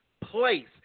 place